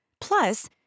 Plus